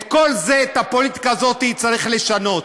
את כל זה, את הפוליטיקה הזאת, צריך לשנות.